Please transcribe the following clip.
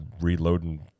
reloading